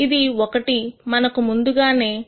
ఇది ఒకటి మనకు ముందుగానే ∂f ∂x1